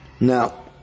Now